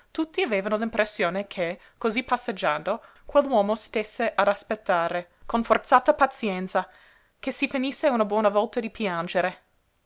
tutti avevano impressione che cosí passeggiando quell'uomo stésse ad aspettare con forzata pazienza che si finisse una buona volta di piangere